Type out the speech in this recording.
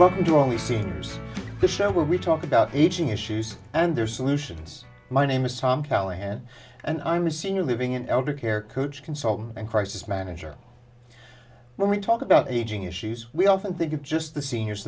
see the show where we talk about eating issues and their solutions my name is sam callahan and i'm a senior living in elder care coach consultant and crisis manager when we talk about aging issues we often think of just the seniors